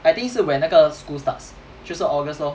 I think 是 when 那个 school starts 就是 august lor